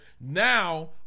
Now